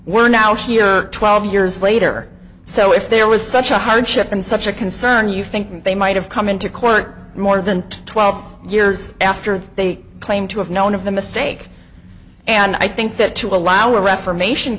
we're now here twelve years later so if there was such a hardship and such a concern you think they might have come into court more than twelve years after they claim to have known of the mistake and i think that to allow reformation